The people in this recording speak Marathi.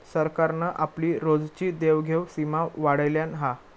सरकारान आपली रोजची देवघेव सीमा वाढयल्यान हा